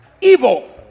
evil